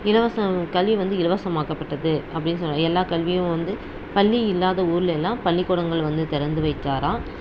இலவசம் கல்வி வந்து இலவசமாக்கப்பட்டது அப்படின்னு சொல்லலாம் எல்லா கல்வியும் வந்து பள்ளி இல்லாத ஊரில் எல்லாம் பள்ளிக்கூடங்கள் வந்து திறந்து வைத்தாராம்